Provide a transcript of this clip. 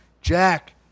Jack